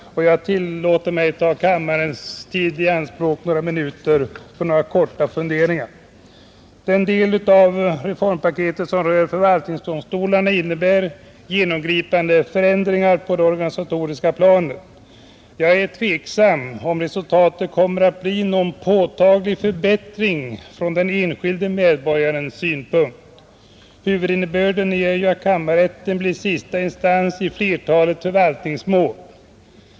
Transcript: Jag tillåter mig därför att ta kammarens tid i anspråk för några korta anmärkningar. Den del av reformpaketet som rör förvaltningsdomstolarna innebär genomgripande förändringar på det organisatoriska planet. Jag är emellertid tveksam om huruvida resultatet kommer att bli någon påtaglig förbättring från de enskilda medborgarnas synpunkt. Huvudinnebörden är att kammarrätten blir sista instans i flertalet förvaltningsmål.